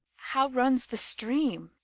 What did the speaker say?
how runs the stream?